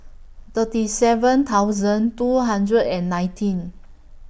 thirty seven thousand two hundred and nineteen